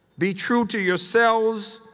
be true to yourselves,